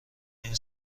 این